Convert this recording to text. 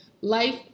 Life